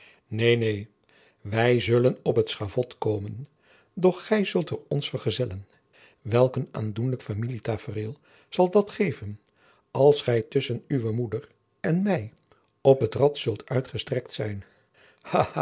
neen neen wij zullen op het schavot komen doch gij zult er ons vergezellen welk een aandoenlijk familie tafereel zal dat geven als gij tusschen uwe moeder en mij op het rad zult uitgestrekt zijn